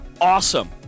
awesome